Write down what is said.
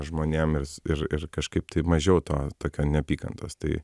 žmonėm ir ir kažkaip tai mažiau to tokio neapykantos tai